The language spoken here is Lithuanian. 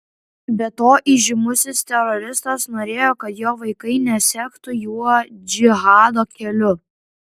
be to įžymusis teroristas norėjo kad jo vaikai nesektų juo džihado keliu